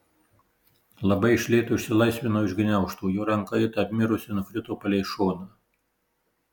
labai iš lėto išsilaisvinau iš gniaužtų jo ranka it apmirusi nukrito palei šoną